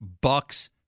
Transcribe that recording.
Bucks